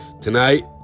tonight